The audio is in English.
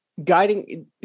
Guiding